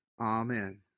Amen